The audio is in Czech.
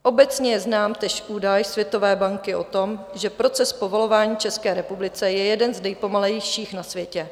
Obecně je znám též údaj Světové banky o tom, že proces povolování v České republice je jeden z nejpomalejších na světě.